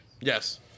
yes